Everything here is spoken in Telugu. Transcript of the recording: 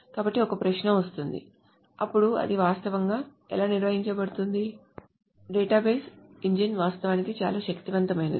కాబట్టి ఒక ప్రశ్న వస్తుంది అప్పుడు అది వాస్తవంగా ఎలా నిర్వహించబడుతోంది డేటాబేస్ ఇంజిన్ వాస్తవానికి చాలా శక్తివంతమైనది